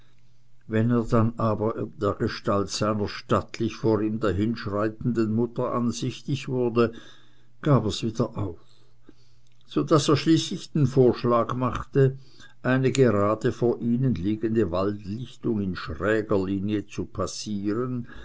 wenn er dann aber der gestalt seiner stattlich vor ihm dahinschreitenden mutter ansichtig wurde gab er's wieder auf so daß er schließlich den vorschlag machte eine gerade vor ihnen liegende waldlichtung in schräger linie zu passieren